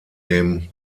dem